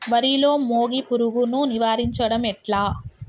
వరిలో మోగి పురుగును నివారించడం ఎట్లా?